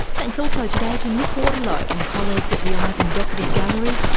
thanks also today to nick waterlow and colleagues at the ivan dougherty gallery,